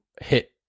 hit